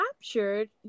captured